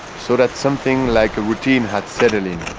so that something like a routine had settle in.